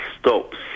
stops